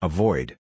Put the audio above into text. Avoid